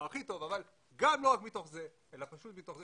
הכי טוב אבל גם לא רק מתוך זה אלא פשוט מתוך זה